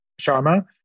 Sharma